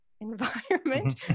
environment